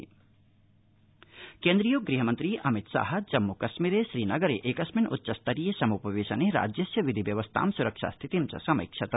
जम्मुकश्मीर गहमन्त्री केन्द्रीयो गृहमन्त्री अमितशाह जम्मू कश्मीर श्रीनगरे एकस्मिन्नच्च स्तरीये समुपवेशने राज्यस्य विधि व्यवस्थां सुरक्षास्थितिं च समैक्षत